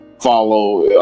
follow